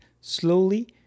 slowly